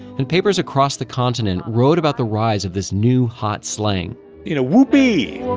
and papers across the continent wrote about the rise of this new hot slang you know, whoopee!